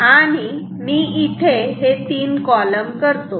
मी इथे हे 3 कॉलम करतो